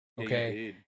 okay